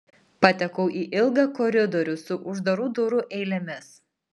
patekau į ilgą koridorių su uždarų durų eilėmis